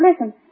listen